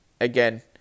again